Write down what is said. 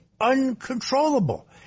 uncontrollable